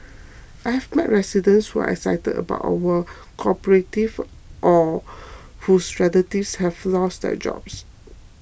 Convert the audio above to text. I've met residents who are excited about our cooperative or whose relatives have lost their jobs